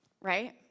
right